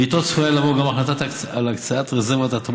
איתו צפויה לעבור גם החלטה על הקצאת רזרבת ההתאמות